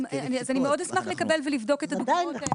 אני מאוד אשמח לקבל ולבדוק את הדוגמאות האלה.